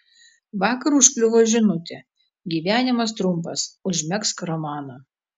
vakar užkliuvo žinutė gyvenimas trumpas užmegzk romaną